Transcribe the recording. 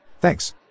Thanks